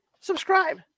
subscribe